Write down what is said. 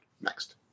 Next